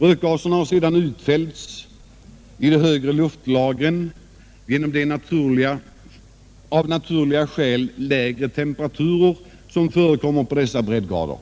Rökgaserna har sedan utfällts i de högre luftlagren av de av naturliga skäl lägre temperaturer, som förekommer på dessa breddgrader.